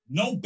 no